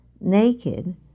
naked